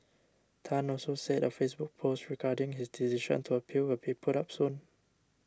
Tan also said a Facebook post regarding his decision to appeal will be put up soon